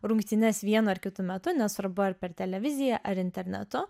rungtynes vienu ar kitu metu nesvarbu ar per televiziją ar internetu